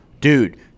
Dude